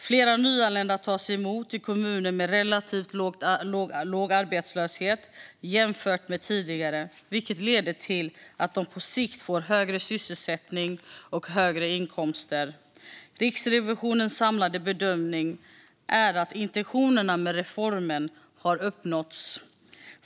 Fler nyanlända tas emot i kommuner med relativt låg arbetslöshet jämfört med tidigare, vilket leder till att de på sikt får högre sysselsättning och högre inkomster. Riksrevisionens samlade bedömning är att intentionerna med reformen har uppnåtts.